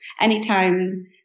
anytime